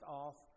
off